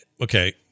okay